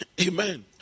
Amen